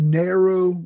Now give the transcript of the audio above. narrow